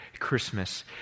Christmas